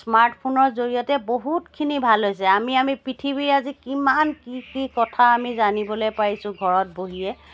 স্মাৰ্টফোনৰ জৰিয়তে বহুতখিনি ভাল হৈছে আমি আমি পৃথিৱীৰ আজি কিমান কি কি কথা আমি জানিবলৈ পাৰিছো ঘৰত বহিয়ে